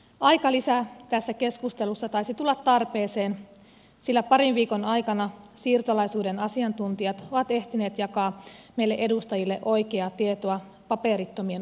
aikalisä tässä keskustelussa taisi tulla tarpeeseen sillä parin viikon aikana siirtolaisuuden asiantuntijat ovat ehtineet jakaa meille edustajille oikeaa tietoa paperittomien asemasta